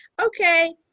okay